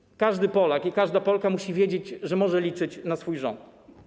I każdy Polak, i każda Polka musi wiedzieć, że może liczyć na swój rząd.